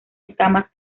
escamas